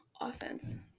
offense